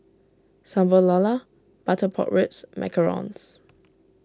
Sambal Lala Butter Pork Ribs Macarons